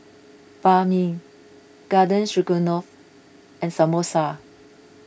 Banh Mi Garden Stroganoff and Samosa